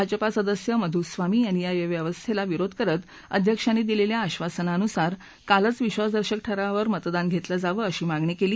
भाजपासदस्य मधू स्वामी यांनी या व्यवस्थेला विरोध करत अध्यक्षांनी दिलेल्या आधासनानुसार कालच विधासदर्शक ठरावावर मतदान घेतलं जावं अशी मागणी केली